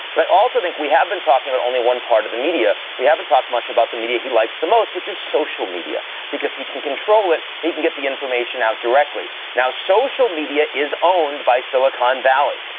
but i also think we have been talking about but only one part of the media. we haven't talked much about the media he likes the most, which is social media because he can control it. he can get the information out directly. now, social media is owned by silicon valley.